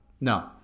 no